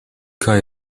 kaj